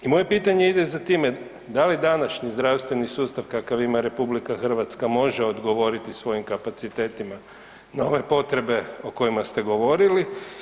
I moje pitanje ide za time, da li današnji zdravstveni sustav kakav ima RH može odgovoriti svojim kapacitetima na ove potrebe o kojima ste govorili?